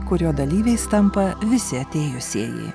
kurio dalyviais tampa visi atėjusieji